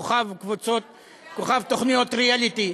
כוכב תוכניות ריאליטי